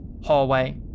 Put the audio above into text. hallway